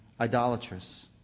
idolatrous